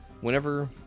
Whenever